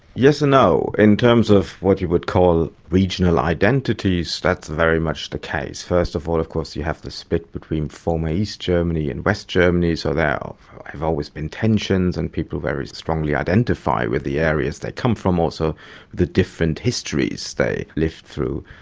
yes and no. in terms of what you would call regional identities, that's very much the case. first of all of course you have the split between former east germany and west germany, so there have always been tensions and people very strongly identify with the areas they come from, also the different histories they lived through.